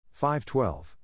5-12